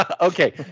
Okay